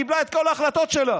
ככה היא קיבלה את כל ההחלטות שלה,